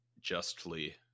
justly